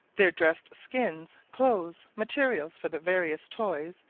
their dressed skins, clothes, materials for their various toys,